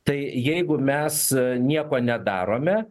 tai jeigu mes nieko nedarome